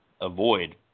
avoid